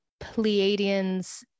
Pleiadians